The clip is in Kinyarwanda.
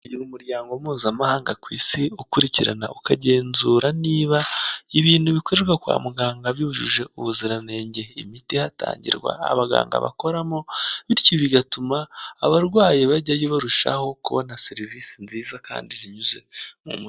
Umuryango mpuzamahanga ku isi ukurikirana ukagenzura niba ibintu bikorerwa kwa muganga byujuje ubuziranenge imiti ihatangirwa, abaganga bakoramo, bityo bigatuma abarwayi bajyayo barushaho kubona serivisi nziza kandi zinyuze mu mucyo.